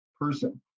person